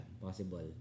Possible